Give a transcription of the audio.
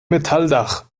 metalldach